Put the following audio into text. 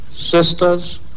sisters